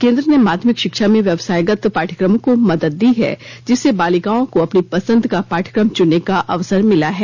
केन्द्र ने माध्यमिक शिक्षा में व्यवसायगत पाठ्यक्रमों को मदद दी है जिससे बालिकाओं को अपनी पसंद का पाठ्यक्रम चुनने का अवसर मिला है